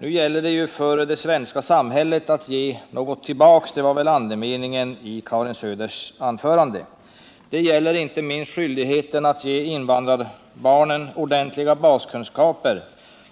Nu gäller det för det svenska samhället att ge någonting tillbaka — det var väl andemeningen i Karin Söders anförande. Det gäller inte minst skyldigheten att ge invandrarbarnen ordentliga baskunskaper,